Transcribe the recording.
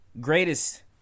greatest